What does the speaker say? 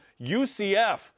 UCF